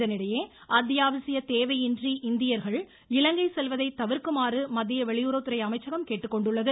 இதனிடையே அத்தியாவசிய தேவையின்றி இந்தியர்கள் இலங்கை செல்வதை தவிர்க்குமாறு மத்திய வெளியுறவுத்துறை அமைச்சகம் கேட்டுக்கொண்டுள்ளது